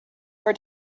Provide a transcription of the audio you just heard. for